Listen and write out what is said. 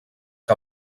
que